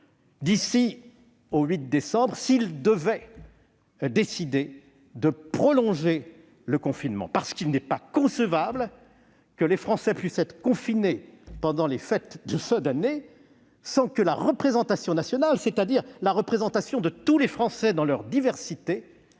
d'ici au 8 décembre s'il devait décider une prolongation. En effet, il n'est pas concevable que les Français puissent être confinés pendant les fêtes de fin d'année sans que la représentation nationale, c'est-à-dire la représentation de tous les Français dans leur diversité,